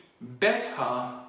better